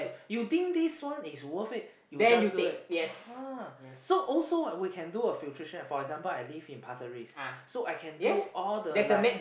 you think this one is worth it you just do it (uh huh) so also we can do a filtration for example I live in pasir-ris so I can do all the like